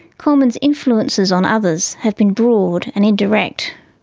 coleman's influences on others have been broad and indirect.